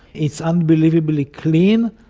it's unbelievably clean.